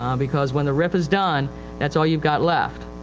um because when the rif is done thatis all youive got left.